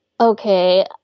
okay